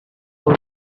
were